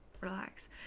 relax